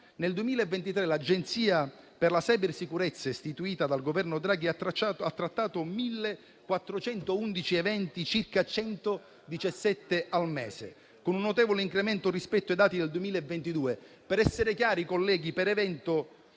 nel 2023, l'Agenzia per la cybersicurezza istituita dal Governo Draghi ha trattato 1.411 eventi (circa 117 al mese), con un notevole incremento rispetto ai dati del 2022. Per essere chiari, colleghi, per "evento"